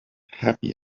happy